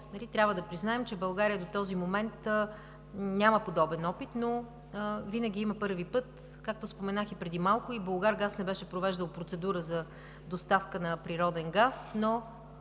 Трябва да признаем, че България до този момент няма подобен опит, но винаги има първи път, както споменах и преди малко, че „Булгаргаз“ не беше провеждал процедура за доставка на природен газ, но